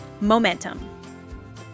Momentum